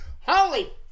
holy